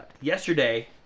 Yesterday